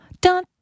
Dun